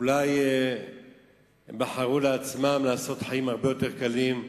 אולי הם בחרו לעשות לעצמם חיים הרבה יותר קלים,